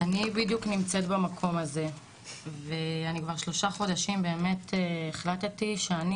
אני בדיוק נמצאת במקום הזה ואני כבר שלושה חודשים באמת החלטתי שאני